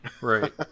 Right